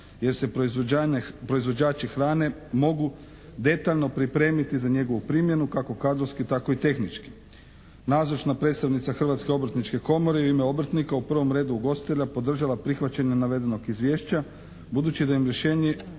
Jer se proizvođači hrane mogu detaljno pripremiti za njegovu primjenu, kako kadrovski tako i tehnički. Nazočna predstavnica Hrvatske obrtničke komore u ime obrtnika, u prvom redu ugostitelja, podržava prihvaćanje navedenog izvješća, budući da im je rješenje